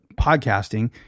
podcasting